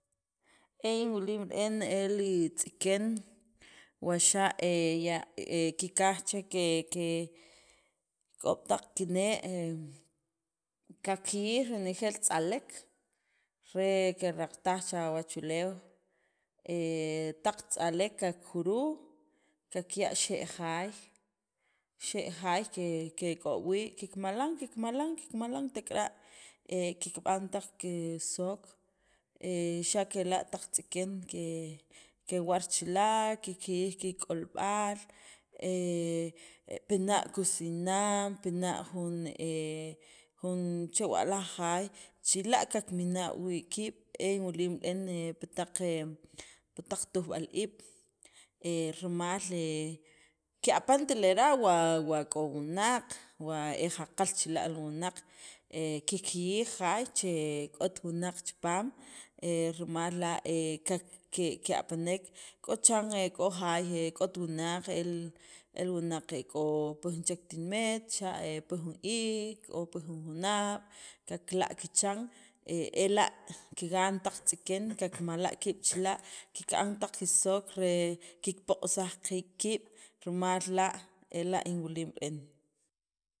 E in wilim re'en e li tz'iken wa xa' he ya kikaj chek kik'ob' taq kinee', qaqjiyij renejeel tz'alek re keraqtaj cha wachuleew, he taq tz'alek kakjuruj qaqya'a' xe' jaay, xe' jaay kek'ob' wii' kikmalan, kikmalan, kikmalan, tek'ara' kikb'an taq kisook xa' kela' taq tz'iken kewar chila', kikjiyij kikk'olb'al pina' kikusinan, pi jun he jun chewa' laj jaay chila' kikmina' wii' kiib', e in wilim re'en pi taq he pi taq tujb'al iib', rimal ke'apant lera' wa k'o wunaq wa e jaqal chila' wunaq, he kikjiyij jaay che k'ot wunaq chipaam he rima la' kak ke ke'apanek k'o chiran k'o jaay k'ot wunaq, el wunaq k'o pi jun chek tinimet, xa' pi jun iik' o pi jun junaab' kakila' kichan e ela' kigan taq tz'iken kakmala' kiib' chila' kika'n taq kisook re kikpoq'saj qi kiib' rimal la' ela' in wilim re'en.